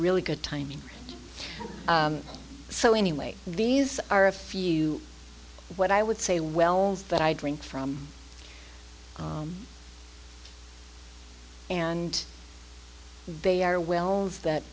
really good timing so anyway these are a few what i would say wells that i drink from and they are wells that